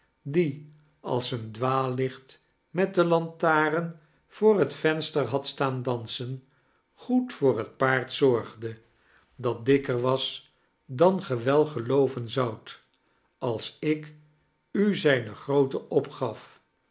die als een dwaallicht met de lantaarh voor het venster had staan dansen goed voor het paaxd zorgde dat dikker was dan ge wel gelooven zoudt als ik u zijne grootte opgaf